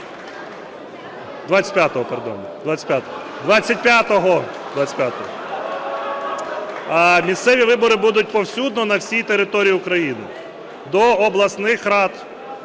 (Шум у залі) Місцеві вибори будуть повсюдно, на всій території України. До обласних рад,